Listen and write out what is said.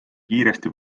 kiiresti